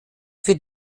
für